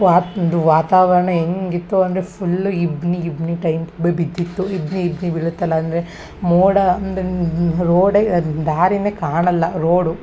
ವಾತ್ ಇದು ವಾತಾವರಣ ಹೆಂಗಿತ್ತು ಅಂದರೆ ಫುಲ್ಲು ಇಬ್ಬನಿ ಇಬ್ಬನಿ ಟೈಂಪ್ ಬಿದ್ದಿತ್ತು ಇಬ್ಬನಿ ಇಬ್ಬನಿ ಬೀಳುತ್ತಲ್ಲ ಅಂದರೆ ಮೋಡ ಅಂದರೆ ರೋಡೇ ಅದು ದಾರಿಯೇ ಕಾಣೋಲ್ಲ ರೋಡು